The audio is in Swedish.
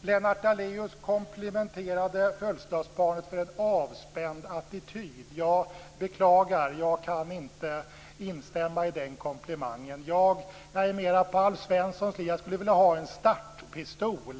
Lennart Daléus komplimenterade födelsedagsbarnet för en avspänd attityd. Jag beklagar: Jag kan inte instämma i den komplimangen. Jag är mera i linje med Alf Svensson. Jag skulle vilja ha en startpistol.